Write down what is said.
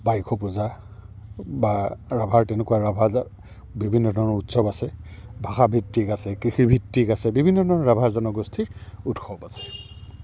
বাইশু পূজা বা ৰাভাৰ তেনেকুৱা ৰাভা বিভিন্ন ধৰণৰ উৎসৱ আছে ভাষা ভিত্তিক আছে কৃষিভিত্তিক আছে বিভিন্ন ধৰণৰ ৰাভা জনগোষ্ঠীৰ উৎসৱ আছে